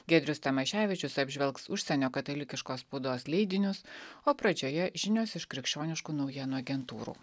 giedrius tamaševičius apžvelgs užsienio katalikiškos spaudos leidinius o pradžioje žinios iš krikščioniškų naujienų agentūrų